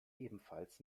ebenfalls